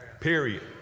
Period